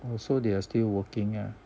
oh so they are still working ah